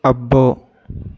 అబ్బో